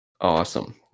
Awesome